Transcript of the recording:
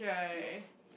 yes